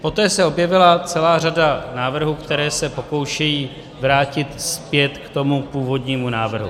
Poté se objevila celá řada návrhů, které se pokoušejí vrátit zpět k původnímu návrhu.